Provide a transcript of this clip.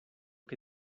que